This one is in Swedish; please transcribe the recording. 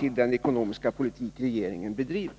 till den ekonomiska politik regeringen bedriver.